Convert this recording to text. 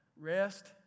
Rest